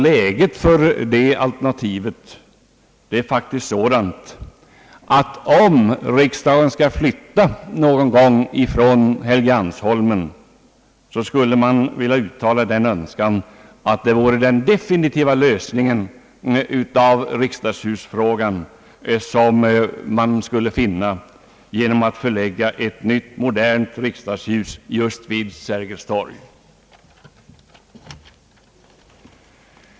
Läget för det förra alternativet är faktiskt sådant, att om riksdagen någon gång skulle flytta från Helgeandsholmen kunde det bli den definitiva lösningen av riksdagshusfrågan att förlägga ett nytt modernt riksdagshus vid Sergels torg.